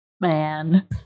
Man